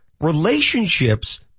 relationships